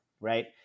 right